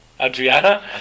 Adriana